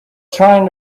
trying